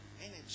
energy